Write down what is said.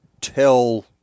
tell